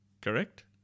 Correct